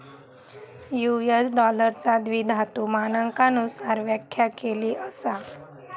US डॉलरचा द्विधातु मानकांनुसार व्याख्या केली असा